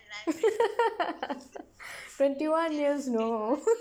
twenty one years you know